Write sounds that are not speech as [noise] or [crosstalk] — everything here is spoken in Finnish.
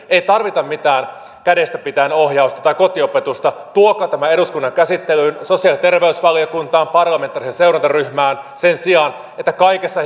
ei tarvita mitään kädestä pitäen ohjausta tai kotiopetusta tuokaa tämä eduskunnan käsittelyyn sosiaali ja terveysvaliokuntaan parlamentaariseen seurantaryhmään sen sijaan että kaikessa [unintelligible]